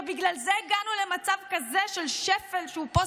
ובגלל זה הגענו למצב כזה של שפל שהוא שר פה,